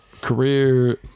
career